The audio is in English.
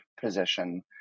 position